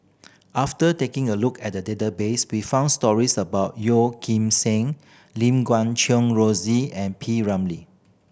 after taking a look at the database we found stories about Yeoh Ghim Seng Lim Guat Kheng Rosie and P Ramlee